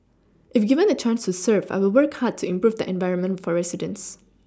if given the chance to serve I will work hard to improve the environment for residents